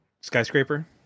skyscraper